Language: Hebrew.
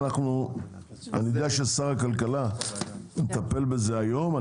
אני יודע ששר הכלכלה מטפל בזה היום,